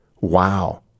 Wow